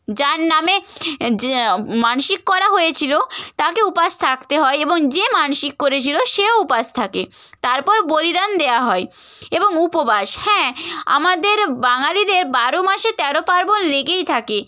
যার নামে মানসিক করা হয়েছিল তাকে উপোস থাকতে হয় এবং যে মানসিক করেছিল সেও উপোস থাকে তারপর বলিদান দেওয়া হয় এবং উপবাস হ্যাঁ আমাদের বাঙালিদের বারো মাসে তেরো পার্বণ লেগেই থাকে